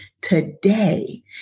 today